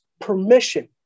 permission